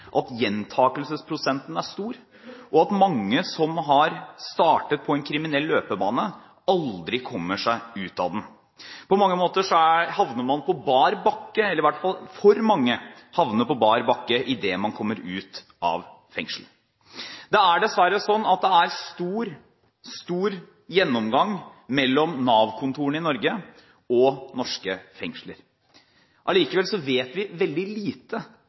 at gjentakelsesprosenten er stor, og at mange som har startet på en kriminell løpebane, aldri kommer seg ut av den. På mange måter havner mange – i hvert fall for mange – på bar bakke idet man kommer ut av fengsel. Det er dessverre sånn at det er stor gjennomgang mellom Nav-kontorene i Norge og norske fengsler. Likevel vet vi veldig lite